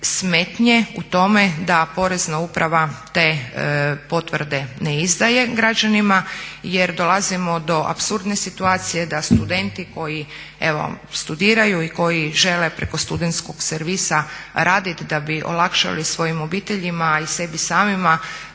smetnje u tome da Porezna uprava te potvrde ne izdaje građanima jer dolazimo do apsurdne situacije da studenti koji evo studiraju i koji žele preko studenskog servisa raditi da bi olakšali svojim obiteljima a i sebi samima